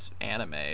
anime